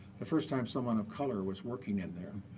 the first time someone of color was working in there.